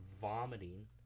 vomiting